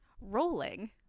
rolling